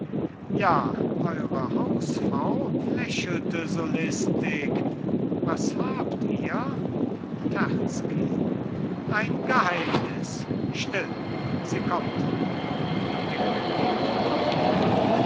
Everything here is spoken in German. ja eure hausfrau lächelte so listig was habt ihr terzky ein geheimnis still sie kommt illo geht ab